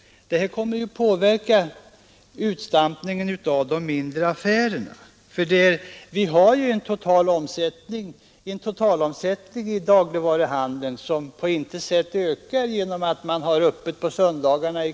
Detta inverkar naturligtvis på utstampningen av de mindre affärerna. Den totala omsättningen i dagligvaruhandeln ökar ju inte på något sätt genom att externvaruhusen har öppet på söndagarna.